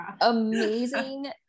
amazing